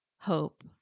hope